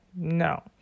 no